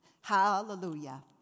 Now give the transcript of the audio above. Hallelujah